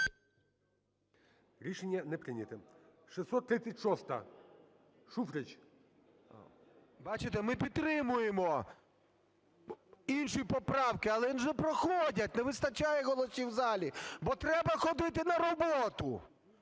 Рішення не прийнято. 636-а. Шуфрич. 17:01:46 ШУФРИЧ Н.І. Бачите, ми підтримуємо інші поправки, але ж не проходять – не вистачає голосів в залі, бо треба ходити на роботу